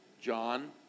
John